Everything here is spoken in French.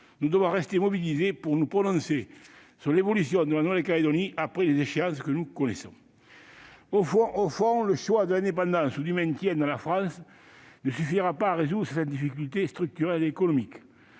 Nous devrons rester mobilisés pour nous prononcer sur l'évolution de la Nouvelle-Calédonie après les échéances que nous connaissons. Au fond, le choix de l'indépendance ou du maintien dans la France ne suffira pas à résoudre certaines difficultés structurelles et économiques.